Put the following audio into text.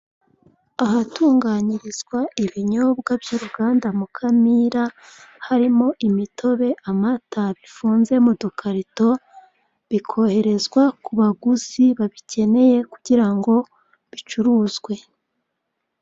Ahatunganyirizwa ibinyobwa by'uruganda Mukamira. Harimo imitobe, amata, bifunzwe mu dukarito, bikoherezwa ku baguzi babikeneye kugira ngo bicuruzwe.